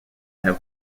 have